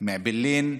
מאעבלין.